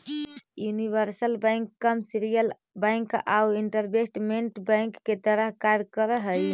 universal bank commercial bank आउ investment bank के तरह कार्य कर हइ